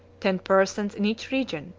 ten persons in each region,